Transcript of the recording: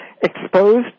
exposed